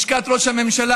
לשכת ראש הממשלה.